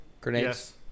Grenades